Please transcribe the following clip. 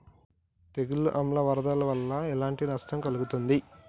తెగులు ఆమ్ల వరదల వల్ల ఎలాంటి నష్టం కలుగుతది?